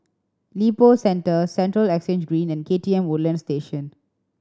Lippo Centre Central Exchange Green and K T M Woodlands Station